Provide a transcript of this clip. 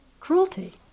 Cruelty